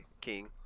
King